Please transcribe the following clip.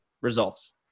results